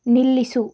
ನಿಲ್ಲಿಸು